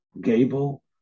gable